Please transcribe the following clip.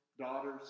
daughters